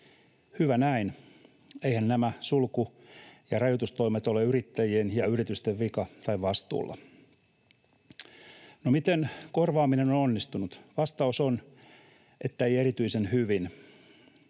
Hyvä näin, eiväthän nämä sulku- ja rajoitustoimet ole yrittäjien ja yritysten vika tai vastuulla. No miten korvaaminen on onnistunut? Vastaus on, että ei erityisen hyvin.